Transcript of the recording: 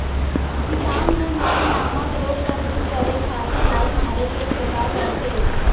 किसान मन लाई नामक रोग ल दूर करे खातिर लाई मारे के छिड़काव करथे